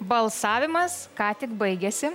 balsavimas ką tik baigėsi